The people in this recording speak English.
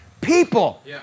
people